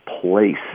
place